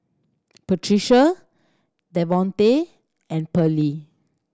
Patrica Devonte and Pearly